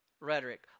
rhetoric